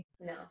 No